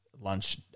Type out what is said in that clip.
lunch